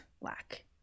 lack